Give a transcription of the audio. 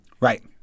right